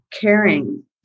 caring